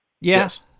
Yes